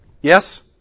Yes